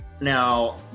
Now